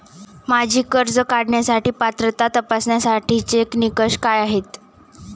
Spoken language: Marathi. माझी कर्ज काढण्यासाठी पात्रता तपासण्यासाठीचे निकष काय आहेत?